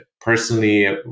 personally